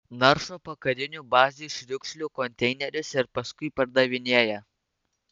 naršo po karinių bazių šiukšlių konteinerius ir paskui pardavinėja